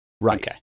Right